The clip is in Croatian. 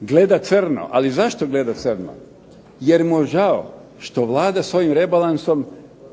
gleda crno, ali zašto gleda crno? Jer mu žao što Vlada s ovim rebalansom